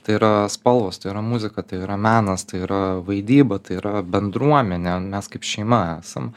tai yra spalvos tai yra muzika tai yra menas tai yra vaidyba tai yra bendruomenė mes kaip šeima esam